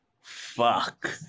fuck